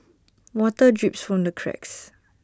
water drips from the cracks